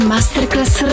Masterclass